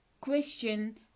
question